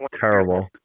terrible